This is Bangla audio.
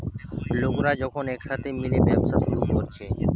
লোকরা যখন একসাথে মিলে ব্যবসা শুরু কোরছে